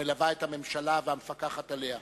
המלווה את הממשלה ומפקחת עליה.